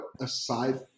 aside